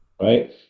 Right